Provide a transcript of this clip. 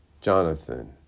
Jonathan